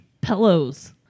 pillows